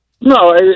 No